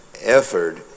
effort